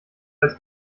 als